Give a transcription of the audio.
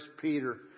Peter